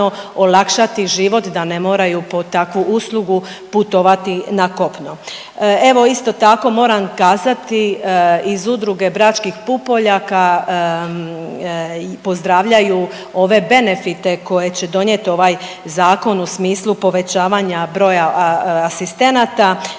olakšati život da ne moraju po takvu uslugu putovati na kopno. Evo isto tako moram kazati iz udruge „Bračkih pupoljaka“ pozdravljaju ove benefite koje će donijet ovaj zakon u smislu povećavanja broja asistenata,